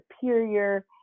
superior